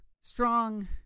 strong